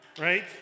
right